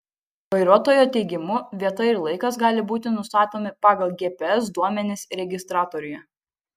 vairuotojo teigimu vieta ir laikas gali būti nustatomi pagal gps duomenis registratoriuje